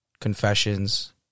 confessions